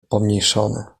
pomniejszone